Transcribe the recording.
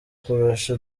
kurusha